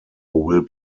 will